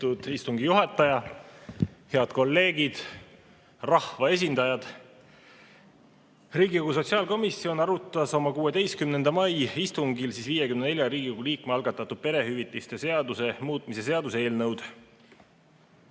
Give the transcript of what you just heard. istungi juhataja! Head kolleegid! Rahva esindajad! Riigikogu sotsiaalkomisjon arutas oma 16. mai istungil 54 Riigikogu liikme algatatud perehüvitiste seaduse muutmise seaduse eelnõu.